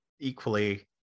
equally